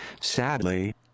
Sadly